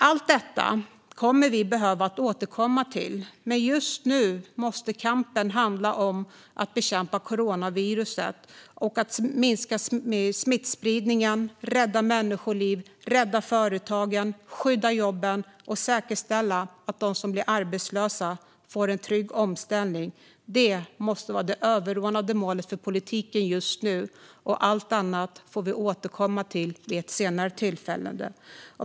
Allt detta kommer vi att behöva återkomma till, men just nu måste kampen handla om att bekämpa coronaviruset och minska smittspridningen, rädda människoliv, rädda företagen, skydda jobben och säkerställa att de som blir arbetslösa får en trygg omställning. Detta måste vara det överordnade målet för politiken just nu. Allt annat får vi återkomma till vid ett senare tillfälle.